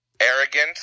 Arrogant